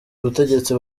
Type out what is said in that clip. ubutegetsi